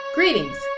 Greetings